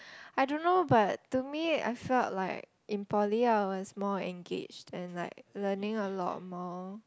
I don't know but to me I felt like in poly I was more engaged and like learning a lot more